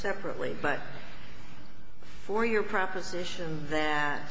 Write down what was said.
separately but for your proposition that